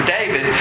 David